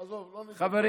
עזוב, לא ניכנס